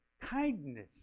kindness